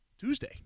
Tuesday